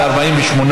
היושב-ראש,